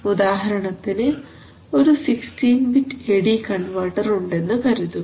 ഉദാഹരണത്തിന് ഒരു 16 bit A D converter ഉണ്ടെന്നു കരുതുക